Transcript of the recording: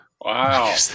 Wow